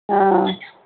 हां